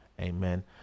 Amen